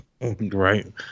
Right